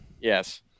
Yes